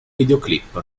videoclip